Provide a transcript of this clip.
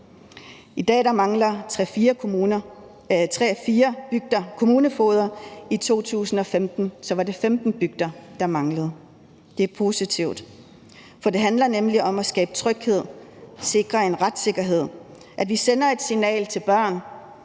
I dag mangler tre-fire bygder kommunefogeder; i 2015 var det 15 bygder, der manglede kommunefogeder. Det er positivt, for det handler nemlig om at skabe tryghed, sikre en retssikkerhed og om, at vi sender et signal til børnene